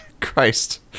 Christ